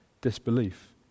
disbelief